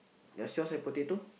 does yours have potato